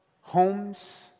homes